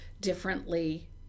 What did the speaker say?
differently